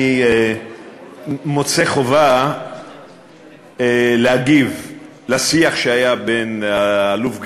אני מוצא חובה להגיב על השיח שהיה בין האלוף גלנט,